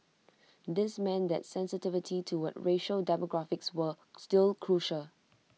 this meant that sensitivity toward racial demographics was still crucial